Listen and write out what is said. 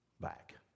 back